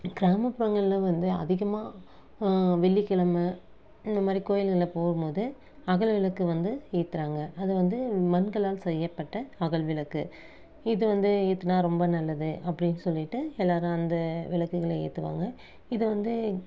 கிராமப்புறங்களில் வந்து அதிகமாக வெள்ளிக்கிழமை இந்த மாதிரி கோயில்களில் போகும்போது அகல் விளக்கு வந்து ஏத்துகிறாங்க அது வந்து மண்களால் செய்யப்பட்ட அகல் விளக்கு இது வந்து ஏற்றினா ரொம்ப நல்லது அப்படின் சொல்லிட்டு எல்லாேரும் அந்த விளக்குகளை ஏற்றுவாங்க இதை வந்து